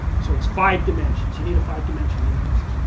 so it's five dimensions you need a five-dimensional analysis,